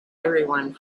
everyone